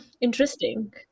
interesting